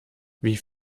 wie